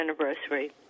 anniversary